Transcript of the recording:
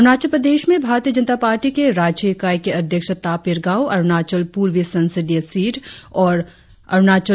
अरुणाचल प्रदेश में भारतीय जनता पार्टी के राज्य इकाई के अध्यक्ष तापिर गाव अरुणाचल प्रर्वी संसदीय सीट जीत ली है